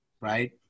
right